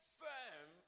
firm